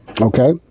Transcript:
Okay